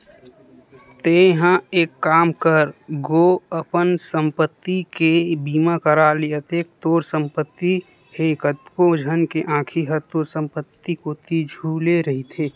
तेंहा एक काम कर गो अपन संपत्ति के बीमा करा ले अतेक तोर संपत्ति हे कतको झन के आंखी ह तोर संपत्ति कोती झुले रहिथे